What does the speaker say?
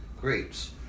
grapes